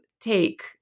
take